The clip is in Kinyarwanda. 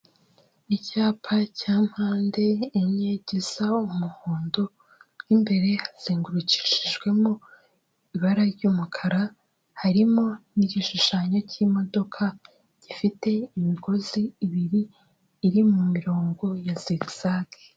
Icyapa cya mpande enye gisa umuhondo, mu imbere hazengurukishijwemo ibara ry'umukara harimo n'igishushanyo cyi'modoka gifite imigozi ibiri iri mu mirongo ya sigizage.